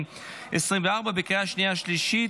לקריאה שנייה ושלישית.